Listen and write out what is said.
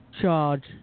charge